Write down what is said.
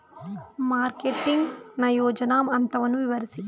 Marketing ನ ಯೋಜನಾ ಹಂತವನ್ನು ವಿವರಿಸಿ?